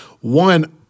One